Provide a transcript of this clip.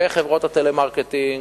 בחברות הטלמרקטינג,